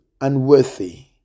unworthy